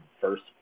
first